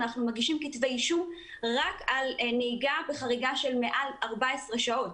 אנחנו מגישים כתבי אישום רק על נהיגה בחריגה מעל 14 שעות.